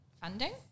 funding